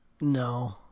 No